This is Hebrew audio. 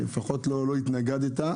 שלפחות לא התנגדת,